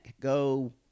go